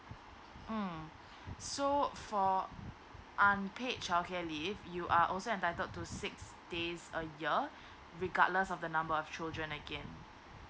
um so for unpaid childcare leave you are also entitled to six days a year regardless of the number of children again